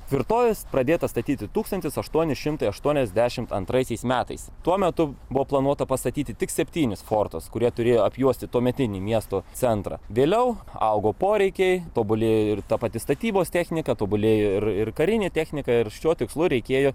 tvirtovės pradėta statyti tūkstantis aštuoni šimtai aštuoniasdešimt antraisiais metais tuo metu buvo planuota pastatyti tik septynis fortus kurie turėjo apjuosti tuometinį miesto centrą vėliau augo poreikiai tobulėjo ir ta pati statybos technika tobulėjo ir ir karinė technika ir šiuo tikslu reikėjo